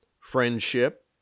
friendship